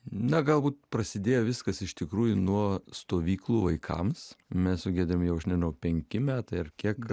na galbūt prasidėjo viskas iš tikrųjų nuo stovyklų vaikams mes su giedrium jau aš nenau penki metai ar kiek